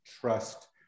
trust